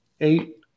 eight